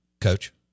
coach